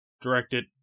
directed